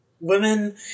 women